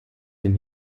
den